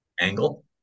angle